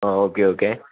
oh okay okay